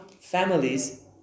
families